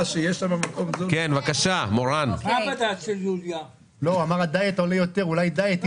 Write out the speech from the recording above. של הבד"ץ של יוליה יש עלויות.